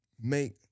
make